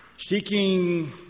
seeking